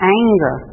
anger